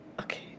Okay